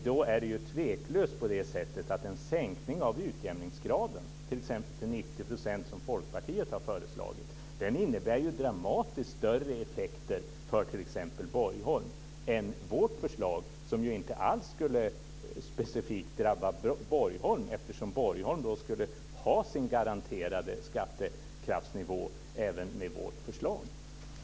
Då är det tveklöst på det sättet att en sänkning av utjämningsgraden - t.ex. till 90 %, som Folkpartiet föreslagit - innebär dramatiskt större effekter för exempelvis Borgholm än vårt förslag, som inte alls specifikt skulle drabba Borgholm eftersom Borgholm skulle ha sin garanterade skattekraftsnivå även med vårt förslag.